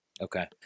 Okay